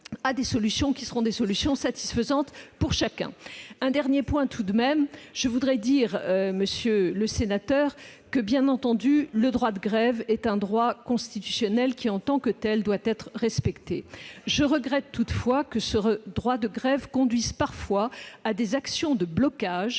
à des solutions qui seront satisfaisantes pour chacun. J'aborderai tout de même un dernier point, monsieur le sénateur : bien entendu, le droit de grève est un droit constitutionnel qui, en tant que tel, doit être respecté ; je regrette toutefois que celui-ci conduise parfois à des actions de blocage,